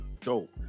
dope